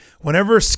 whenever